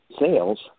sales